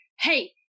hey